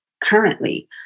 currently